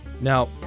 Now